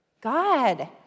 God